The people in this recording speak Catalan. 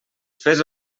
fes